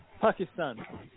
Pakistan